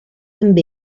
amb